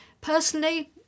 Personally